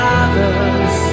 others